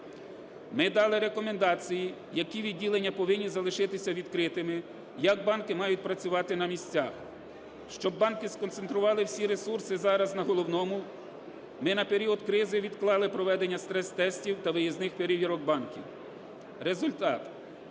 Ми дали рекомендації, які відділення повинні залишитися відкритими, як банки мають працювати на місцях. Щоб банки сконцентрували всі ресурси зараз на головному, ми на період кризи відклали проведення стрес-тестів та виїзних перевірок банків. Результат.